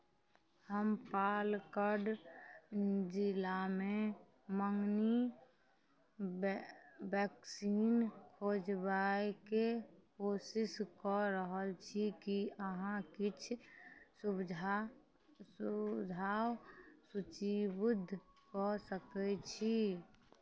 हम पालकड जिलामे मँगनी बै वैक्सीन खोजबैके कोशिश कऽ रहल छी कि अहाँ किछु सुबझा सुझाव सूचीबद्ध कऽ सकै छी